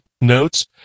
notes